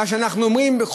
מה שאנחנו אומרים הוא,